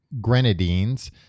Grenadines